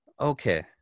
Okay